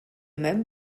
même